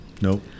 Nope